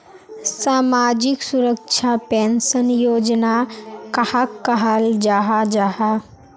सामाजिक सुरक्षा पेंशन योजना कहाक कहाल जाहा जाहा?